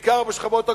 בעיקר בשכבות הגבוהות,